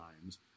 times